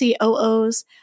COOs